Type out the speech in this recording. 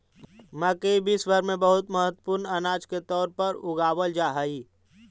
मकई विश्व भर में बहुत महत्वपूर्ण अनाज के तौर पर उगावल जा हई